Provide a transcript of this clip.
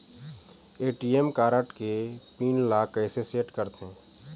ATM card के pin ला कैसे सेट करथे?